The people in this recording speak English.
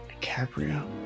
DiCaprio